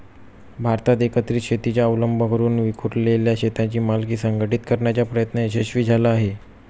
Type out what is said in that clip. भारतात एकत्रित शेतीचा अवलंब करून विखुरलेल्या शेतांची मालकी संघटित करण्याचा प्रयत्न यशस्वी झाला नाही